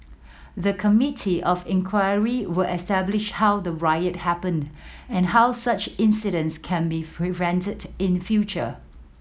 the Committee of Inquiry will establish how the riot happened and how such incidents can be prevented in future